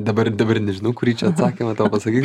dabar dabar nežinau kurį čia atsakymą tau pasakyt